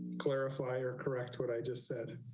clarify or correct what i just said.